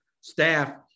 staff